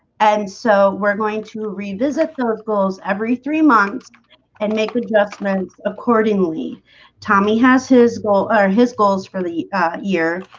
and so we're going to revisit those goals every three months and make adjustments accordingly tommy has his goal are his goals for the year.